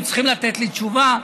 הם צריכים לתת לי תשובה.